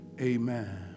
Amen